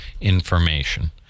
information